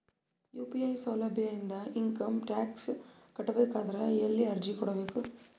UPI ಸೌಲಭ್ಯ ಇಂದ income tax ಕಟ್ಟಬೇಕಾದರ ಎಲ್ಲಿ ಅರ್ಜಿ ಕೊಡಬೇಕು?